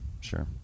sure